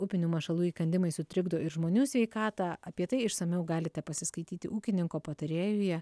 upinių mašalų įkandimai sutrikdo ir žmonių sveikatą apie tai išsamiau galite pasiskaityti ūkininko patarėjuje